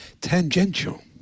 tangential